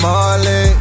Marley